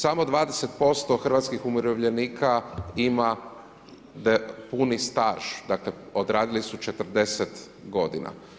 Samo 20% hrvatskih umirovljenika ima puni staž, dakle odradili su 40 godina.